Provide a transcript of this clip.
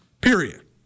Period